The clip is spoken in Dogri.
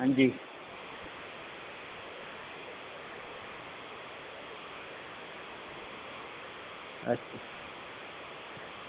अंजी अच्छा